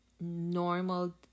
normal